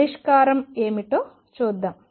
పరిష్కారం ఏమిటో చూద్దాం